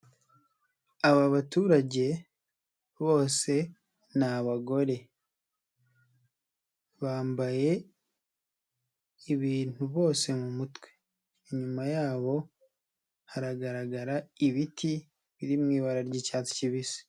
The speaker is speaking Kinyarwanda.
Aba baturage bose ni abagore bambaye ibintu bose mu mutwe, inyuma yabo haragaragara ibiti biri mu ibara ry'icyatsi kibisi.